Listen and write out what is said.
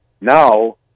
Now